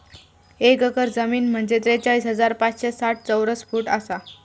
एक एकर जमीन म्हंजे त्रेचाळीस हजार पाचशे साठ चौरस फूट आसा